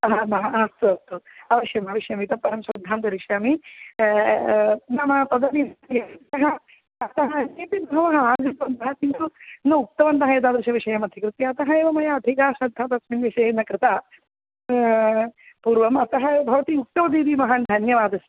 अहम् अहम् अस्तु अस्तु अवश्यम् अवश्यम् इतः परं श्रद्धां करिष्यामि नाम तदपि अतः अतः अन्येपि बहवः आगतवन्तः किन्तु न उक्तवन्तः एतादृशं विषयमधिकृत्य अतः एव मया अधिका श्रद्धा तस्मिन् विषये न कृता पूर्वम् अतः भवती उक्तवतीति महान् धन्यवादः